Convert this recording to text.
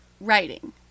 writing